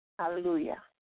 Hallelujah